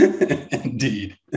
Indeed